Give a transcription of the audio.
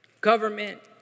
government